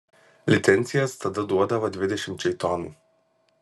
licencijas tada duodavo dvidešimčiai tonų